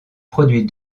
produit